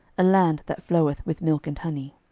a land that floweth with milk and honey.